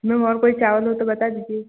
ma'am और कोई चावल हो तो बता दीजिए